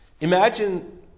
Imagine